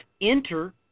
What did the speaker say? enter